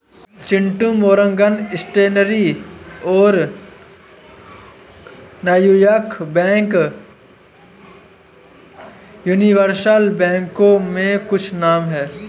Chintu Morgan Stanley और New York bank universal बैंकों के कुछ नाम है